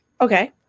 okay